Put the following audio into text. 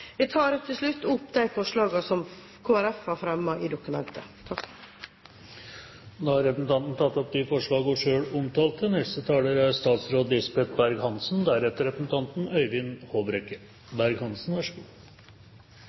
Jeg tar til slutt opp de forslagene som Kristelig Folkeparti har fremmet i dokumentet. Representanten Rigmor Andersen Eide har tatt opp de forslag hun